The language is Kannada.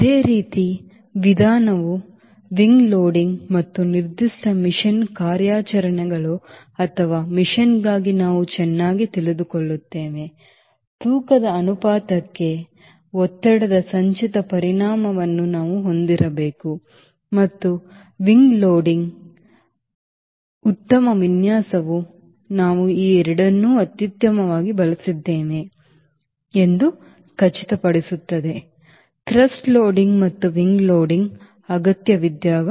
ಇದೇ ರೀತಿಯ ವಿಧಾನವು wing ಲೋಡಿಂಗ್ ಮತ್ತು ನಿರ್ದಿಷ್ಟ ಮಿಷನ್ ಕಾರ್ಯಾಚರಣೆಗಳು ಅಥವಾ ಮಿಷನ್ಗಾಗಿ ನಾವು ಚೆನ್ನಾಗಿ ತಿಳಿದುಕೊಳ್ಳುತ್ತೇವೆ ತೂಕದ ಅನುಪಾತಕ್ಕೆ ಒತ್ತಡದ ಸಂಚಿತ ಪರಿಣಾಮವನ್ನು ನಾವು ಹೊಂದಿರಬೇಕು ಮತ್ತು wingloading ಮತ್ತು ಉತ್ತಮ ವಿನ್ಯಾಸವು ನಾವು ಈ ಎರಡನ್ನೂ ಅತ್ಯುತ್ತಮವಾಗಿ ಬಳಸಿದ್ದೇವೆ ಎಂದು ಖಚಿತಪಡಿಸುತ್ತದೆ ಥ್ರಸ್ಟ್ ಲೋಡಿಂಗ್ ಮತ್ತು wingloading ಅಗತ್ಯವಿದ್ದಾಗ